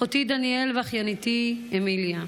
אחותי דניאל ואחייניתי אמיליה.